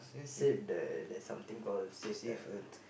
save the there's something call save the